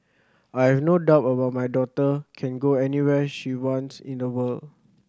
I have no doubt over my daughter can go anywhere she wants in the world